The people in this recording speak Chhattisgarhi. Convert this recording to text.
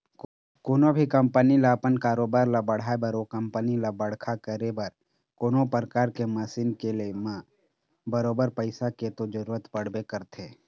कोनो भी कंपनी ल अपन कारोबार ल बढ़ाय बर ओ कंपनी ल बड़का करे बर कोनो परकार के मसीन के ले म बरोबर पइसा के तो जरुरत पड़बे करथे